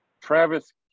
Travis